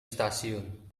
stasiun